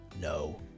No